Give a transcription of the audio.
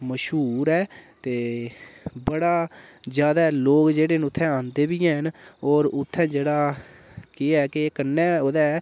मश्हूर ऐ ते बड़ा ज्यादा लोक जेह्ड़े उत्थें आंदे बी हैन होर उत्थें जेह्ड़ा केह् ऐ कि कन्नै गै ओह्दा